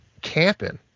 camping